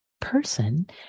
person